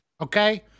Okay